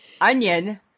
onion